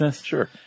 Sure